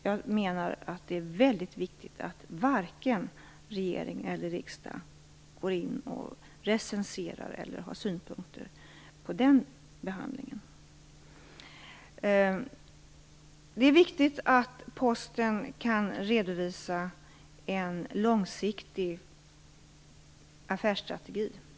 Jag menar att det är väldigt viktigt att varken regering eller riksdag går in och recenserar eller har synpunkter på den behandlingen. Det är viktigt att Posten kan redovisa en långsiktig affärsstrategi.